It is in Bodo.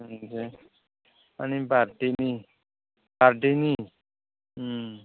दे माने बार्थडे नि बार्थडे नि